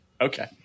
Okay